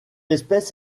espèce